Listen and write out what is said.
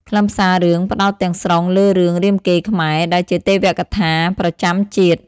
ខ្លឹមសាររឿងផ្តោតទាំងស្រុងលើរឿង រាមកេរ្តិ៍ខ្មែរ ដែលជាទេវកថាប្រចាំជាតិ។